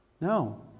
No